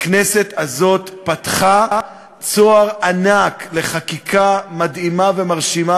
הכנסת הזאת פתחה צוהר לחקיקה מדהימה ומרשימה